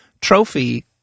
trophy